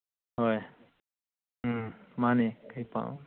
ꯍꯣꯏ ꯎꯝ ꯃꯥꯟꯅꯦ ꯀꯔꯤ